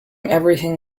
everything